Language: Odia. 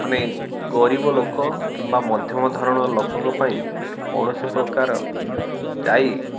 ମାନେ ଗରିବ ଲୋକ କିମ୍ବା ମଧ୍ୟମ ଧରଣର ଲୋକଙ୍କ ପାଇଁ କୌଣସି ପ୍ରକାର ଦାୟୀ